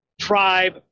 tribe